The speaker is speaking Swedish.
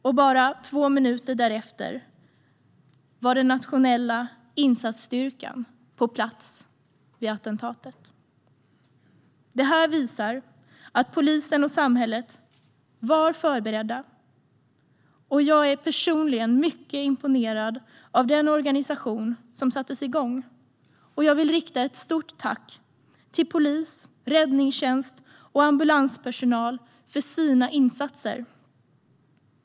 Och bara 2 minuter därefter var den nationella insatsstyrkan på platsen för attentatet. Det här visar att polisen och samhället var förberedda. Jag är personligen mycket imponerad av den organisation som sattes igång. Jag vill rikta ett stort tack till polis, räddningstjänst och ambulanspersonal för deras insatser.